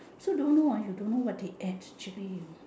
so don't know you don't know what they add actually